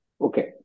Okay